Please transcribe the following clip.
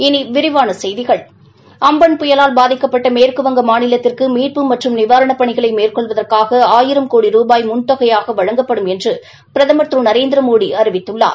இனி விரிவான செய்திகள் அம்பன் புயலால் பாதிக்கப்பட்ட மேற்குவங்க மாநிலத்திற்கு மீட்பு மற்றும் நிவாரணப் பணிகளை மேற்கொள்வதற்காக ஆயிரம் கோடி ரூபாய் முன்தொகையாக வழங்கப்படும் என்று பிரதமா் திரு நரேநிரமோடி அறிவித்துள்ளார்